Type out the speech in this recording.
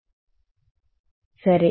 సరే సరి